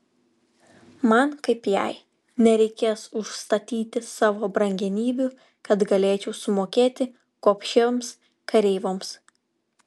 man kaip jai nereikės užstatyti savo brangenybių kad galėčiau sumokėti gobšiems kareivoms